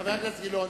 חבר הכנסת גילאון,